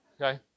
okay